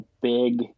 big